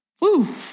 Woo